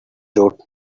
wrote